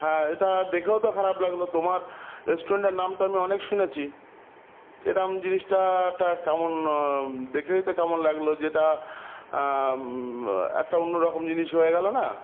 হ্যাঁ এটা দেখেও তো খারাপ লাগলো তোমার রেস্টুরেন্টের নাম তো আমি অনেক শুনেছি এরম জিনিসটা কেমন দেখেই তো কেমন লাগলো যেটা একটা অন্য রকম জিনিস হয়ে গেলো না